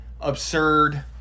absurd